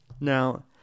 Now